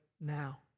now